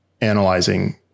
analyzing